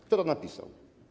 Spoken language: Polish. Kto to napisał?